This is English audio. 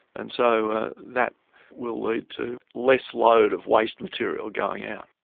and so that will lead to less load of waste material going yeah